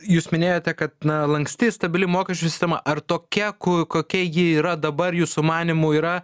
jūs minėjote kad lanksti stabili mokesčių sistema ar tokia kokia ji yra dabar jūsų manymu yra